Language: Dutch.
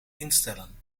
instellen